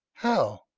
how?